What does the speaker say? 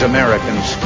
Americans